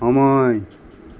সময়